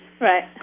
Right